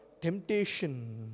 temptation